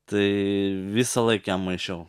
tai visąlaik jam maišiau